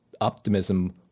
optimism